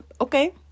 okay